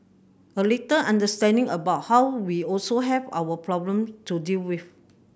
a little understanding about how we also have our problem to deal with